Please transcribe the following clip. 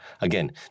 Again